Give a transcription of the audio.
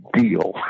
deal